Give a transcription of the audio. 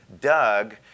Doug